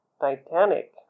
Titanic